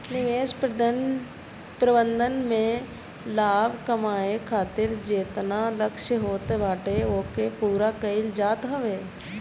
निवेश प्रबंधन में लाभ कमाए खातिर जेतना लक्ष्य होत बाटे ओके पूरा कईल जात हवे